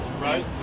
Right